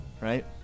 right